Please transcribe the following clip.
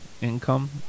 income